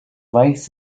weiß